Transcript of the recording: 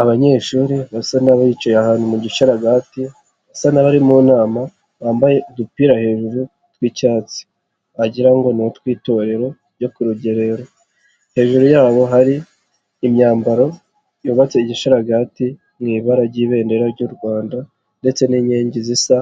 Abanyeshuri basa n'abicaye ahantu mu gisharagati, basa n'abari mu nama bambaye udupira hejuru tw'icyatsi, wagira ngo ni utw'itorero ryo ku rugerero, hejuru yabo hari imyambaro yubatse igisharagati mu ibara ry'ibendera ry'u Rwanda ndetse n'inkingi zisa